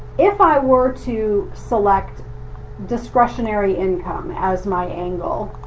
if i were to select discretionary income as my angle,